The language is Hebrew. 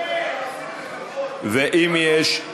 ואם יש,